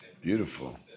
Beautiful